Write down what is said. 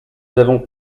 avons